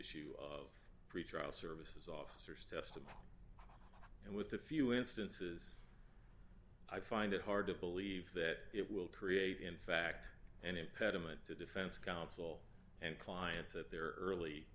issue of pretrial services officers testify and with a few instances i find it hard to believe that it will create in fact and it pediment to defense counsel and clients at their early